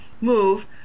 move